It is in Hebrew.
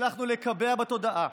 הצלחנו לקבע בתודעה